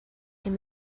can